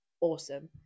awesome